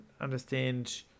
understand